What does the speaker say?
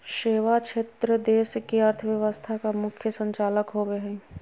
सेवा क्षेत्र देश के अर्थव्यवस्था का मुख्य संचालक होवे हइ